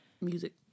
Music